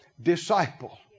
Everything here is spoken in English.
disciple